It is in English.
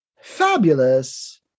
fabulous